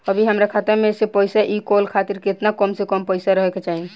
अभीहमरा खाता मे से पैसा इ कॉल खातिर केतना कम से कम पैसा रहे के चाही?